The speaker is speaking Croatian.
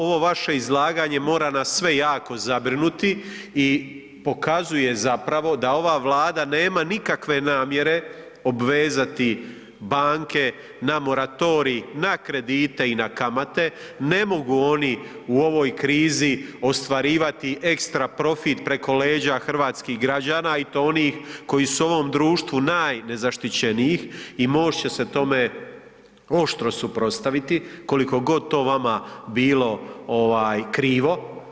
Ovo vaše izlaganje mora nas sve jako zabrinuti i pokazuje zapravo da ova Vlada nema nikakve namjere obvezati banke na moratorij na kredite i na kamate, ne mogu oni u ovoj krizi ostvarivati ekstra profit preko leđa hrvatskih građana i to onih koji su u ovom društvu najnezaštićenijih i MOST će se tome oštro suprotstaviti koliko god to vama bilo ovaj krivo.